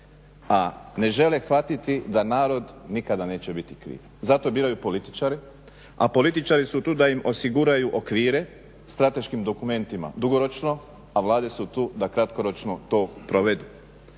a ne žele shvatiti da narod nikada neće biti kriv. Zato biraju političari, a političari su tu da im osiguraju okvire strateškim dokumentima dugoročno, a Vlade su tu da kratkoročno to provedu.